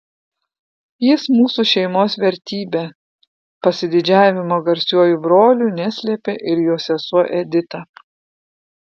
jis mūsų šeimos vertybė pasididžiavimo garsiuoju broliu neslėpė ir jo sesuo edita